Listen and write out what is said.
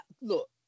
look